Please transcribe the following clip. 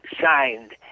signed